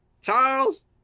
Charles